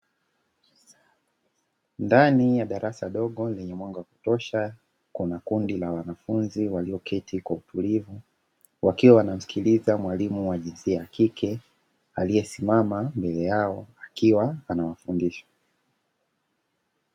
Ndani ya darasa dogo lenye mwanga wa kutosha, kuna kundi dogo la wanafunzi walioketi kwa utulivu. Wakiwa wanasikiliza kwa makini mwalimu wa jinsia ya kike, aliyesimama mbele yao akiwa anawafundisha.